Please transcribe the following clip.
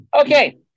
Okay